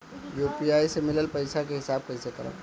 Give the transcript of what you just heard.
UPI से मिलल पईसा के हिसाब कइसे करब?